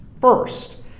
first